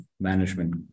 management